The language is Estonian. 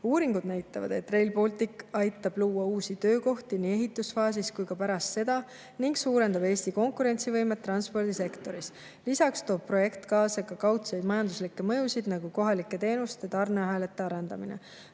Uuringud näitavad, et Rail Baltic aitab luua uusi töökohti nii ehitusfaasis kui ka pärast seda ning suurendab Eesti konkurentsivõimet transpordisektoris. Lisaks toob projekt kaasa kaudseid majanduslikke mõjusid, nagu kohalike teenuste tarneahelate arendamine.